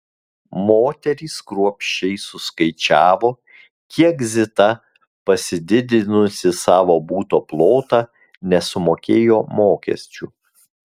moterys kruopščiai suskaičiavo kiek zita pasididinusi savo buto plotą nesumokėjo mokesčių